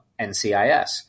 NCIS